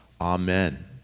amen